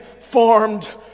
formed